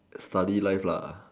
study life